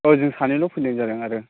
औ जों सानैल' फैनाय जादों आरो